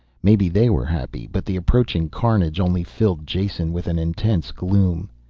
maybe they were happy, but the approaching carnage only filled jason with an intense gloom.